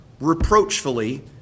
reproachfully